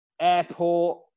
airport